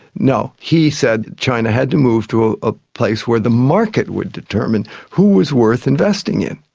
no. he said china had to move to ah a place where the market would determine who was worth investing in.